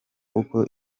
uko